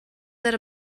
that